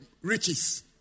riches